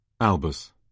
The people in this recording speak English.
Albus